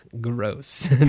gross